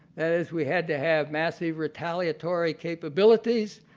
that is, we had to have massive retaliatory capabilities,